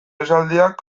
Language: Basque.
esaldiak